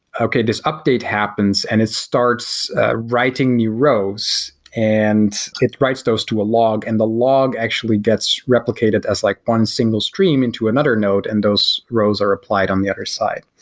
okay. this update happens and it starts writing you rows and it writes those to a log and the log actually gets replicated as like one single stream into another nod, and those rows are applied on the other side.